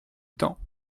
temps